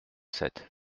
sept